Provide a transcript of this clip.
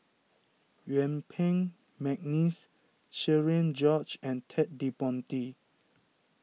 Yuen Peng McNeice Cherian George and Ted De Ponti